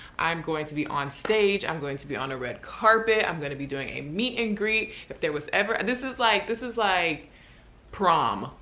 i'm going to be on stage. i'm going to be on a red carpet. i'm gonna be doing a meet and greet. if there was ever, this is like this is like prom.